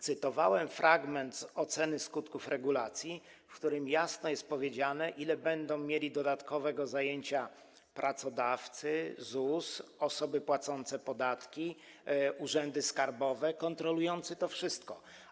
Cytowałem fragment z oceny skutków regulacji, w której jasno określono, ile będą mieli dodatkowego zajęcia pracodawcy, ZUS, osoby płacące podatki, urzędy skarbowe, kontrolujący to wszystko.